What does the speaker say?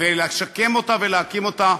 ולשקם אותה ולהקים אותה,